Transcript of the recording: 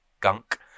gunk